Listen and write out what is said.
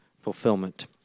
Fulfillment